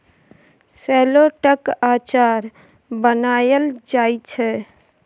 शेलौटक अचार बनाएल जाइ छै